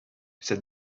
said